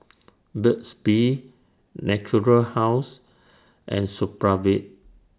Burt's Bee Natura House and Supravit